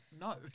no